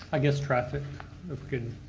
i guess, traffic the good.